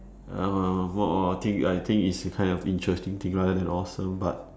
uh think I think it's a kind of interesting thing rather than awesome but